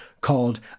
called